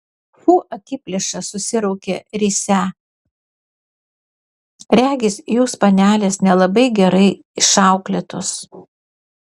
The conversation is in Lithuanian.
fu akiplėša susiraukė risią regis jūs panelės nelabai gerai išauklėtos